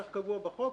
כך קבוע בחוק,